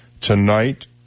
tonight